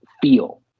feel